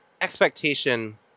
expectation